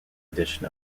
edition